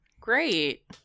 Great